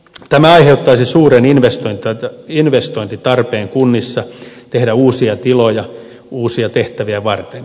tämä aiheuttaisi suuren investointitarpeen kunnissa tehdä uusia tiloja uusia tehtäviä varten